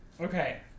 Okay